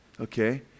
okay